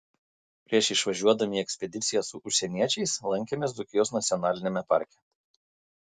prieš išvažiuodami į ekspediciją su užsieniečiais lankėmės dzūkijos nacionaliniame parke